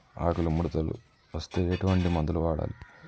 ఆకులు ముడతలు వస్తే ఎటువంటి మందులు వాడాలి?